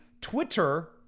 Twitter